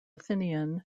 athenian